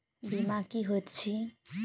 बीमा की होइत छी?